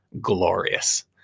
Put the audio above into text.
glorious